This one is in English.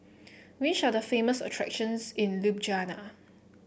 which are the famous attractions in Ljubljana